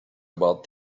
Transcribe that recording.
about